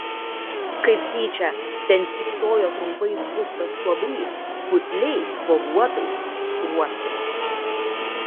kaip tyčia ten stypsojo trumpai skustas stuobrys putliais spuoguotais skruostais